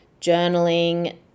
journaling